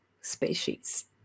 species